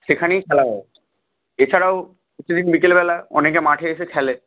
সেখানেই খেলা হয় এছাড়াও দিন বিকেল বেলা অনেকে মাঠে এসে খেলে